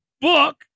book